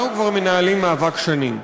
אנחנו כבר מנהלים מאבק שנים.